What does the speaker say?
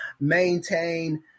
maintain